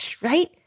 right